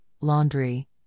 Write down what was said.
laundry